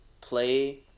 Play